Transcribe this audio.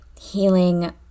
healing